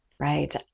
Right